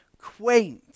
quaint